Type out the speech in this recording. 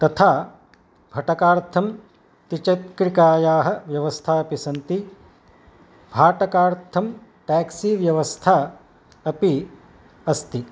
तथा भाटकार्थं द्विचक्रिकायाः व्यवस्थापि सन्ति भाटकार्थं टेक्सीव्यवस्था अपि अस्ति